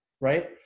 right